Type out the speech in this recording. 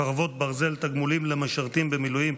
חרבות ברזל) (תגמולים למשרתים במילואים),